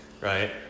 right